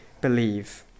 believe